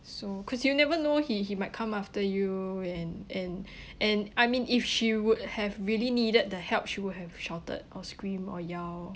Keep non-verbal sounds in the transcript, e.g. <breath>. so cause you never know he he might come after you and and <breath> and I mean if she would have really needed the help she would have shouted or screamed or yelled